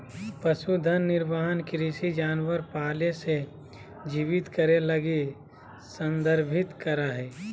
पशुधन निर्वाह कृषि जानवर पाले से जीवित करे लगी संदर्भित करा हइ